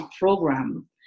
program